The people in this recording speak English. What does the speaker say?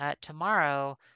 Tomorrow